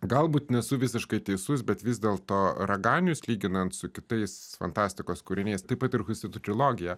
galbūt nesu visiškai teisus bet vis dėlto raganius lyginant su kitais fantastikos kūriniais taip pat ir husitų trilogija